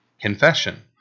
confession